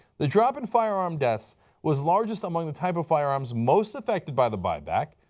the drop in firearm deaths was largest among the type of firearms most affected by the buyback.